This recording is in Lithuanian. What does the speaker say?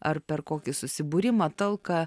ar per kokį susibūrimą talką